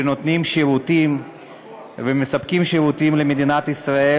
שנותנים שירותים ומספקים שירותים למדינת ישראל,